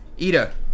Ida